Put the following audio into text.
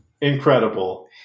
Incredible